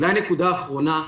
נקודה אחרונה,